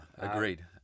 agreed